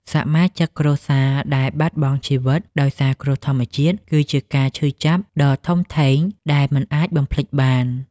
សមាជិកគ្រួសារដែលបាត់បង់ជីវិតដោយសារគ្រោះធម្មជាតិ គឺជាការឈឺចាប់ដ៏ធំធេងដែលមិនអាចបំភ្លេចបាន។